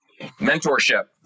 Mentorship